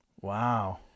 wow